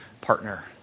partner